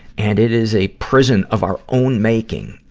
and it is a prison of our own making.